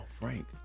Frank